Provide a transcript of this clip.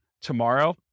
tomorrow